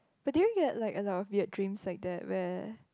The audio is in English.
but did you get like a lot of weird dreams like that where